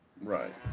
Right